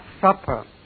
Supper